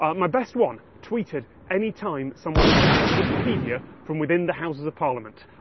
ah my best one tweeted any time someone edited wikipedia from within the houses of parliament,